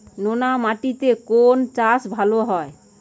নোনা মাটিতে কোন চাষ ভালো হবে?